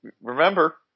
Remember